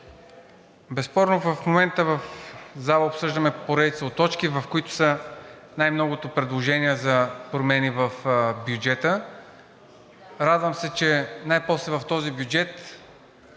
Безспорно в момента в залата обсъждаме поредица от точки, които са най-многото предложения за промени в бюджета. Радвам се, че най-после в този бюджет